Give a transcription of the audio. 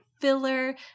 filler